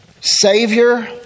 Savior